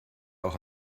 auch